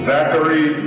Zachary